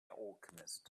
alchemist